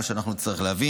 מה שאנחנו נצטרך להביא.